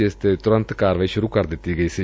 ਜਿਸ ਤੇ ਤੁਰੰਤ ਕਾਰਵਾਈ ਸ਼ੁਰੁ ਕਰ ਦਿੱਤੀ ਗਈ ਸੀ